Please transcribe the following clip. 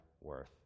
worth